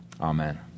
Amen